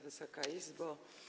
Wysoka Izbo!